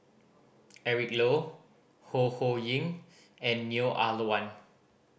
Eric Low Ho Ho Ying and Neo Ah Luan